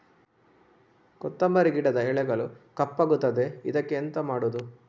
ಕೊತ್ತಂಬರಿ ಗಿಡದ ಎಲೆಗಳು ಕಪ್ಪಗುತ್ತದೆ, ಇದಕ್ಕೆ ಎಂತ ಮಾಡೋದು?